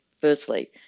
firstly